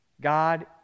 God